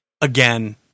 again